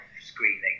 screening